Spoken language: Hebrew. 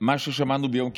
מה ששמענו ביום כיפור.